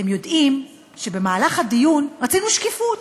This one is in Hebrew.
אתם יודעים שבמהלך הדיון רצינו שקיפות.